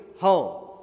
home